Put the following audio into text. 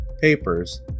papers